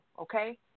okay